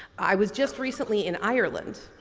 i was just recently in ireland